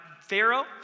Pharaoh